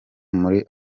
muri